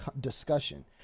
discussion